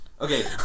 Okay